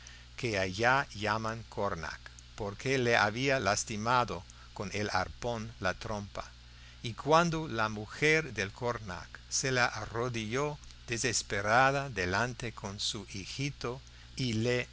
que allá llaman cornac porque le había lastimado con el arpón la trompa y cuando la mujer del cornac se le arrodilló desesperada delante con su hijito y le